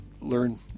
learn